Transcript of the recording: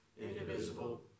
indivisible